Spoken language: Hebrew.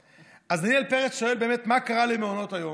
אז דניאל פרץ שואל באמת מה קרה למעונות היום.